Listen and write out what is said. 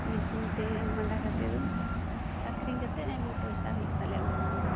ᱢᱮᱥᱤᱱᱛᱮ ᱢᱟᱸᱰᱟ ᱠᱟᱛᱮᱫ ᱫᱚ ᱟᱹᱠᱷᱨᱤᱧ ᱠᱟᱛᱮᱫ ᱟᱭᱢᱟ ᱯᱚᱭᱥᱟ ᱦᱩᱭᱩᱜ ᱛᱟᱞᱮᱭᱟ ᱚᱸᱰᱮ ᱠᱷᱚᱱᱜᱮ